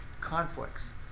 conflicts